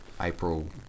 April